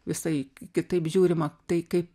visai kitaip žiūrima tai kaip